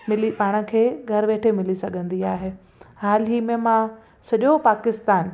मिली पाण खे घरु वेठे मिली सघंदी आहे हाल ई में मां सॼो पाकिस्तान